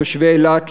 תושבי אילת,